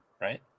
right